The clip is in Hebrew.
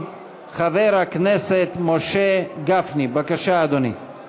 חברי הכנסת, החוק הבא: הצעת חוק לעידוד